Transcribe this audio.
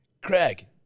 Craig